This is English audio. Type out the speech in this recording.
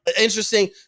interesting